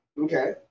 okay